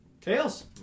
Tails